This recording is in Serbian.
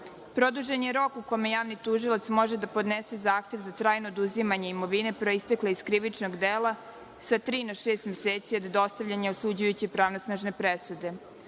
sud. Produžen je rok u kome javni tužilac može da podnese zahtev za trajno oduzimanje imovine proistekle iz krivičnog dela sa tri na šest meseci od dostavljanja osuđujuće pravosnažne presude.